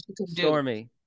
Stormy